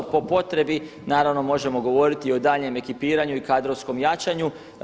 Po potrebi naravno možemo govoriti i o daljnjem ekipiranju i kadrovskom jačanju.